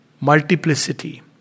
multiplicity